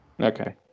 Okay